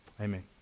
Amen